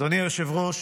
אדוני היושב-ראש,